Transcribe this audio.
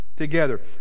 together